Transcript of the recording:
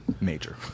major